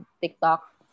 TikTok